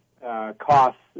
costs